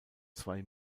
zwei